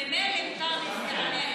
ממילא אנטאנס יענה.